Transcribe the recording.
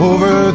Over